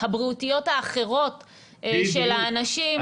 הבריאותיות האחרות של האנשים --- בדיוק,